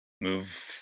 move